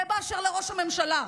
זה באשר לראש הממשלה.